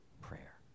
prayer